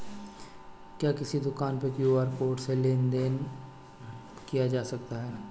क्या किसी दुकान पर क्यू.आर कोड से लेन देन देन किया जा सकता है?